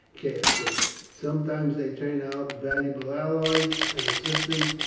caius said sometimes they turn out valuable allies and assistants,